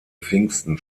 pfingsten